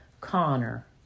Connor